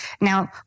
Now